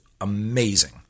amazing